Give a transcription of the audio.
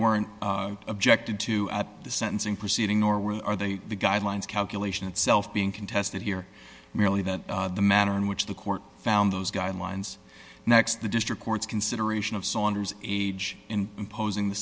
weren't objected to at the sentencing proceeding nor were they the guidelines calculation itself being contested here merely that the manner in which the court found those guidelines next the district court's consideration of saunders age in imposing the